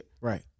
Right